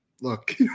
look